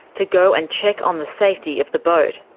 to go and check on the safety of the boat.